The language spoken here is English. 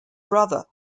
brother